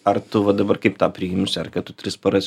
ar tu va dabar kaip tą priimsi ar kad tu tris paras